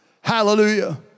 Hallelujah